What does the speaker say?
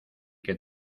que